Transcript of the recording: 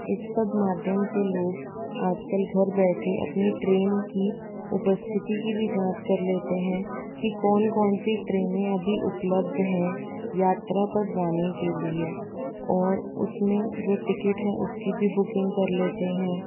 इस सब माध्यम से लोग आज कल घर बैठे अपनी ट्रेन की उपस्थिति की भी जाँच कर लेते हैं कि कौन कौन सी ट्रेनें अभी उपलब्ध हैं यात्रा पर जाने के लिए और उस में जो टिकट हैं उसकी भी बुकिंग कर लेते हैं